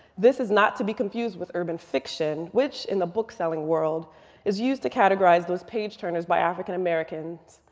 this is not to be confused with urban fiction, which in the book-selling world is used to categorize those page turners by african americans.